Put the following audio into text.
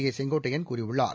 ஏ செங்கோட்டையன் கூறியுள்ளார்